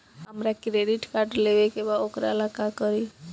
हमरा credit card लेवे के बा वोकरा ला का करी?